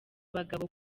abagabo